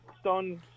stone